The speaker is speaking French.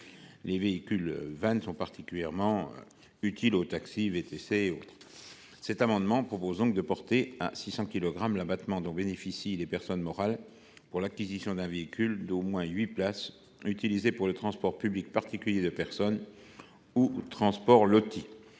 Les vans sont particulièrement utiles aux taxis, VTC et autres. Cet amendement vise donc à porter à 600 kilogrammes l’abattement dont bénéficient les personnes morales pour l’acquisition d’un véhicule d’au moins huit places utilisé pour le transport public particulier de personnes ou le transport